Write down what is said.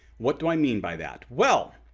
what do i mean by that? well.